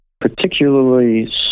particularly